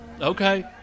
Okay